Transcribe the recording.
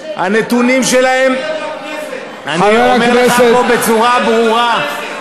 חבר הכנסת, אני אומר לך פה בצורה ברורה.